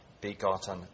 begotten